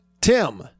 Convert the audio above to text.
Tim